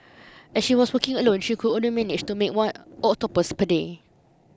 as she was working alone she could only manage to make about one octopus per day